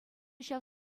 ҫав